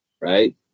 right